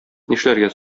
нишләргә